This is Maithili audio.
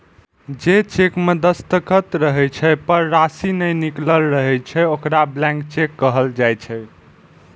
जे चेक मे दस्तखत रहै छै, पर राशि नै लिखल रहै छै, ओकरा ब्लैंक चेक कहल जाइ छै